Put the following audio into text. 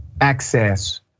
access